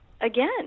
again